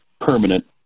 permanent